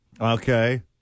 Okay